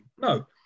No